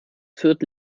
fürth